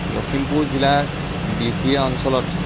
লখিমপুৰ জিলাৰ বিহপুৰীয়া অঞ্চলত